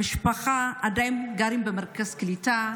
המשפחה עדיין גרה במרכז הקליטה.